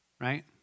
right